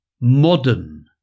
modern